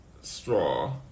straw